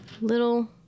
little